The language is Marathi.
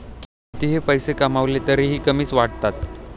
कितीही पैसे कमावले तरीही कमीच वाटतात